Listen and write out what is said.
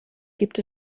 gibt